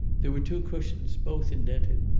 they were two cushions, both indented,